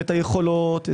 את היכולות,